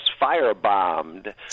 firebombed